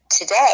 Today